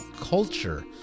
culture